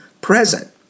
present